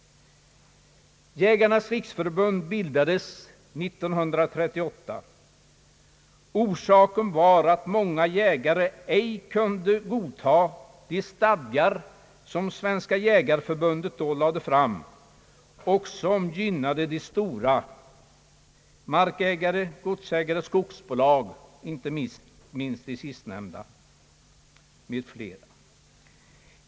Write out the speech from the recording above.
Jägarnas riksförbund bildades år 1938. Orsaken var att många jägare ej kunde godta de stadgar som Svenska jägareförbundet då lade fram och som gynnade ägare till stora marker, såsom godsägare och skogsbolag, icke minst de sistnämnda.